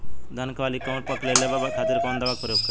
धान के वाली में कवक पकड़ लेले बा बचाव खातिर कोवन दावा के प्रयोग करी?